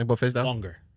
Longer